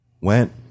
Went